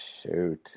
shoot